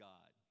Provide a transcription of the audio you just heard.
God